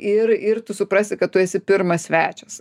ir ir tu suprasi kad tu esi pirmas svečias